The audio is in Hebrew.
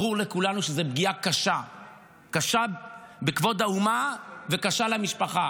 ברור לכולנו שזו פגיעה קשה בכבוד האומה ופגיעה קשה במשפחה.